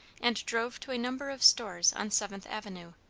and drove to a number of stores on seventh avenue,